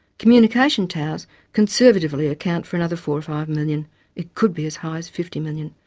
communication towers conservatively account for another four five million it could be as high as fifty million.